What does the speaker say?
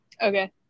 Okay